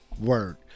Word